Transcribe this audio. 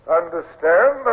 understand